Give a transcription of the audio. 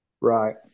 Right